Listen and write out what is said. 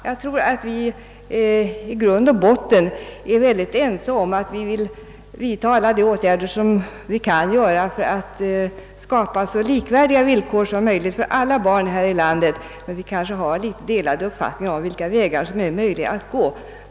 Jag tror att vi i grund och botten är ense om att vi skall vidtaga alla åtgärder vi kan för att skapa så likvärdiga villkor som möjligt för alla barn här i landet, men vi kanske har delade uppfattningar om vilka vägar som är möjliga att gå.